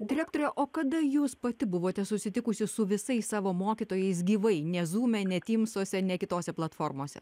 direktore o kada jūs pati buvote susitikusi su visais savo mokytojais gyvai ne zume ne tymsuose ne kitose platformose